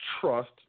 trust